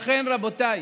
לכן, רבותיי,